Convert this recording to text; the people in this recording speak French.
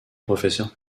professeur